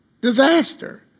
disaster